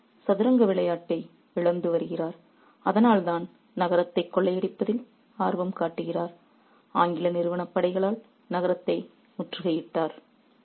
அவர் சதுரங்க விளையாட்டை இழந்து வருகிறார் அதனால்தான் நகரத்தை கொள்ளையடிப்பதில் ஆர்வம் காட்டுகிறார் ஆங்கில நிறுவன படைகளால் நகரத்தை முற்றுகையிட்டார்